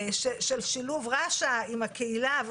של שילוב רש"א עם הקהילה,